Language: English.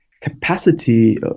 capacity